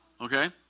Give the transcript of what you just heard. Okay